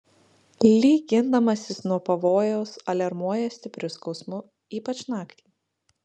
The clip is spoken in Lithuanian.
lyg gindamasis nuo pavojaus aliarmuoja stipriu skausmu ypač naktį